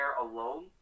alone